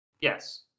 Yes